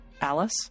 Alice